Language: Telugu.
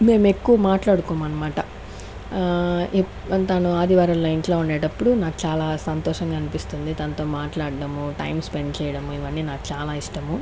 మేం ఎక్కువ మాట్లాడుకోమనమాట ఏ తను ఆదివారంలో ఇంట్లో ఉండేటప్పుడు నాకు చాలా సంతోషంగా అనిపిస్తుంది తనతో మాట్లాడ్డము టైం స్పెండ్ చేయడము ఇవన్నీ నాకు చాలా ఇష్టము